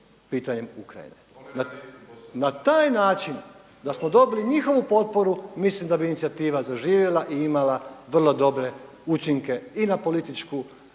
pitanjem Ukrajine na taj način da smo dobili njihovu potporu mislim da bi inicijativa zaživjela i imala vrlo dobre učinke i na političku